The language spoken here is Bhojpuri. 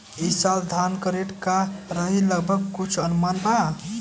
ई साल धान के रेट का रही लगभग कुछ अनुमान बा?